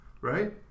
right